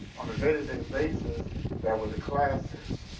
on the day-to-day basis there were the classes,